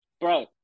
Bro